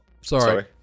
sorry